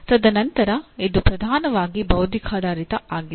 ತದನಂತರ ಇದು ಪ್ರಧಾನವಾಗಿ ಬೌದ್ಧಿಕಾಧಾರಿತ ಆಗಿದೆ